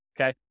okay